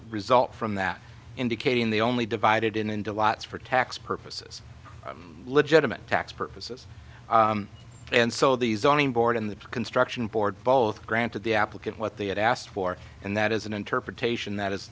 result from that indicating they only divided into lots for tax purposes legitimate tax purposes and so the zoning board in the construction board both granted the applicant what they had asked for and that is an interpretation that as